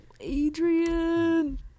Adrian